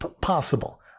possible